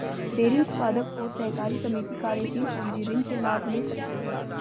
dairy उत्पादक और सहकारी समिति कार्यशील पूंजी ऋण के लाभ ले सकते है